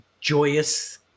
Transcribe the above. joyous